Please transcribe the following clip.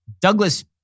Douglas